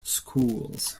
schools